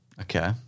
Okay